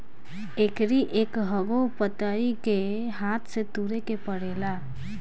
एकरी एकहगो पतइ के हाथे से तुरे के पड़ेला